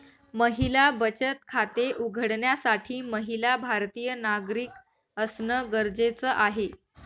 महिला बचत खाते उघडण्यासाठी महिला भारतीय नागरिक असणं गरजेच आहे